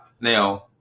now